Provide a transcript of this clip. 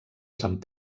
sant